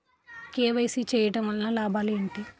KYC చేయటం వలన లాభాలు ఏమిటి?